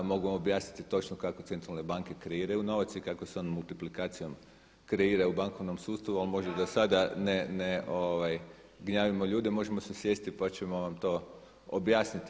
Mogu vam objasniti točno kako centralne banke kreiraju novac i kako se on multiplikacijom kreira u bankovnom sustavu a možda da sada ne gnjavimo ljude, možemo se sjesti pa ćemo vam to objasniti.